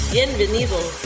Bienvenidos